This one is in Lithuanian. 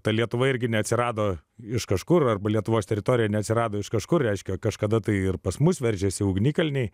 ta lietuva irgi neatsirado iš kažkur arba lietuvos teritorija neatsirado iš kažkur reiškia kažkada tai ir pas mus veržiasi ugnikalniai